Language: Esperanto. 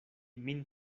min